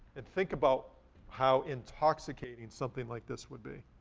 and think about how intoxicating something like this would be.